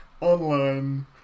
online